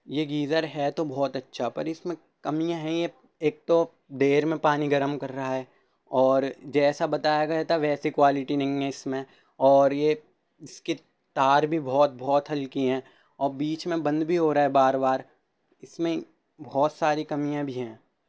یہ گیزر ہے تو بہت اچھا پر اس میں کمیاں ہیں یہ ایک تو دیر میں پانی گرم کر رہا ہے اور جیسا بتایا گیا تھا ویسی کوالٹی نہیں ہے اس میں اور یہ اس کے تار بھی بہت بہت ہلکی ہیں اور بیچ میں بند بھی ہو رہا ہے بار بار اس میں بہت ساری کمیاں بھی ہیں